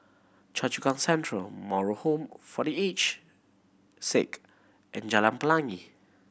Choa Chu Kang Central Moral Home for The Aged Sick and Jalan Pelangi